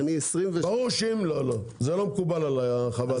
זה לא מקובל עלי חוות הדעת.